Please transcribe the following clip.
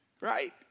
Right